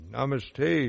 Namaste